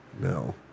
no